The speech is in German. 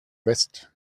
west